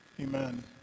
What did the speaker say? Amen